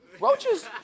Roaches